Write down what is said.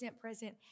present